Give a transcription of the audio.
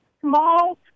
small